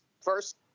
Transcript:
first –